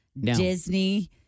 Disney